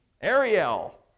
Ariel